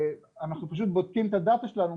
אנחנו פשוט בודקים את הדאטה שלנו,